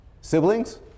siblings